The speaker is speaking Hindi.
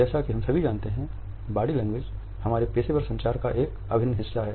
जैसा कि हम सभी जानते हैं बॉडी लैंग्वेज हमारे पेशेवर संचार का एक अभिन्न हिस्सा है